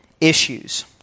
issues